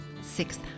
sixth